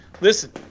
Listen